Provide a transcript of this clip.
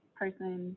person